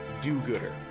do-gooder